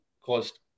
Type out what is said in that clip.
caused